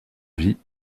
vie